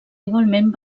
igualment